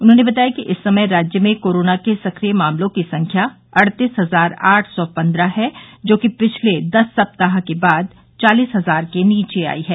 उन्होंने बताया कि इस समय राज्य में कोरोना के सक्रिय मामलों की संख्या अड़तीस हजार आठ सौ पन्द्रह है जो कि पिछले दस सप्ताह के बाद चालिस हजार के नीचे आई है